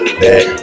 back